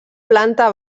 planta